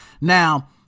Now